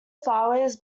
flowers